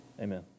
amen